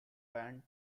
band